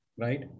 Right